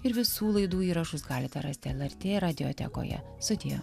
ir visų laidų įrašus galite rasti lrt radiotekoje sudie